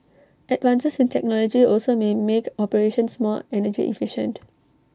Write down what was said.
advances in technology also may make operations more energy efficient